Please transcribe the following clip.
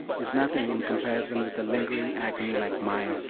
is nothing in comparison with a lingering agony like mine,